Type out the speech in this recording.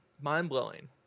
mind-blowing